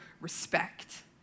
respect